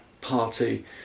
party